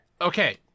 Okay